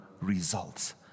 results